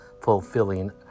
fulfilling